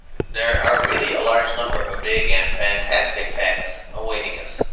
there are really a large number of big and fantastic facts awaiting us,